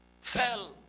fell